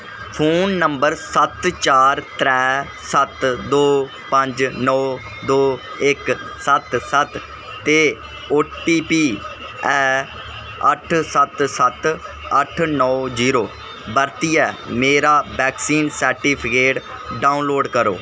phone number सत्त चार त्रै सत्त दो पंज नौ दो एक्क सत्त सत्त ते ओटीपी है अट्ठ सत्त सत्त अट्ठ नौ जीरो बरतियै मेरा वैक्सीन सर्टिफिकेट डाउनलोड करो